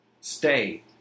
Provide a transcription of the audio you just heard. Stay